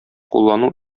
куллану